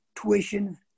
tuition